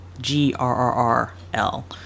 G-R-R-R-L